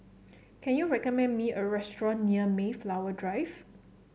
can you recommend me a restaurant near Mayflower Drive